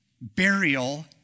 burial